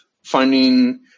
finding